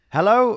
Hello